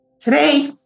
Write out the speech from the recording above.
Today